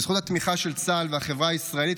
בזכות התמיכה של צה"ל ושל החברה הישראלית,